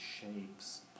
shapes